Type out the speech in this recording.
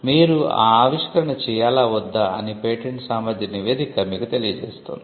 మీరు ఆ ఆవిష్కరణ చేయాలా వద్దా అని పేటెంట్ సామర్థ్య నివేదిక మీకు తెలియజేస్తుంది